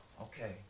Okay